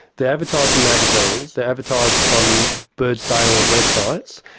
they're advertised in magazines, they're advertised on bird sale ah websites.